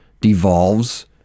devolves